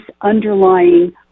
underlying